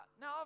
now